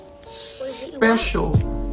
special